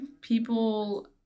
people